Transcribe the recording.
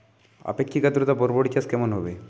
আপেক্ষিক আদ্রতা বরবটি চাষ কেমন হবে?